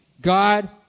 God